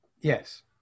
Yes